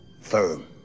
firm